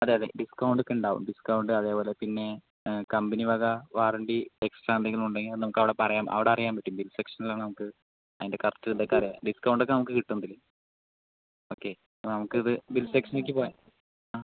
അതെ അതെ ഡിസ്കൗണ്ട് ഒക്കെ ഉണ്ടാകും ഡിസ്കൗണ്ട് അതേപോലെ പിന്നെ കമ്പനി വക വാറണ്ടി എക്സ്ട്രാ എന്തെങ്കിലും ഉണ്ടെങ്കിൽ അത് നമുക്ക് അവിടെ പറയാം അവിടെ അറിയാൻ പറ്റില്ലേ ബിൽ സെക്ഷനിൽ ആ നമുക്ക് അതിൻ്റെ കറക്റ്റ് ഇത് ഒക്കെ അറിയാം ഡിസ്കൗണ്ട് ഒക്കെ നമുക്ക് കിട്ടും ഇതില് ഓക്കെ നമുക്ക് ഇത് ബിൽ സെക്ഷനിലേക്ക് പോകാം ആ